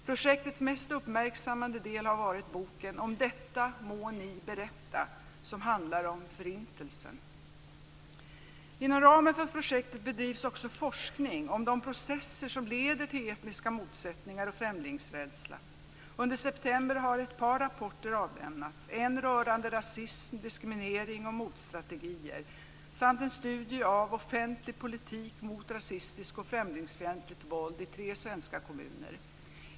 Projektets mest uppmärksammade del har varit boken Om detta må ni berätta som handlar om Förintelsen. Inom ramen för projektet bedrivs också forskning om de processer som leder till etniska motsättningar och främlingsrädsla. Under september har ett par rapporter avlämnats. En rör rasism, diskriminering och motstrategier. En annan är en studie av offentlig politik mot rasistiskt och främlingsfientligt våld i tre svenska kommuner.